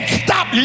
stop